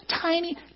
tiny